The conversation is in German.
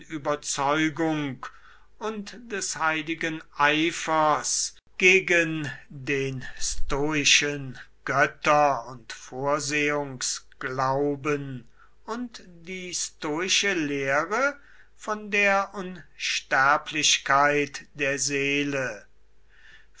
überzeugung und des heiligen eifers gegen den stoischen götter und vorsehungsglauben und die stoische lehre von der unsterblichkeit der seele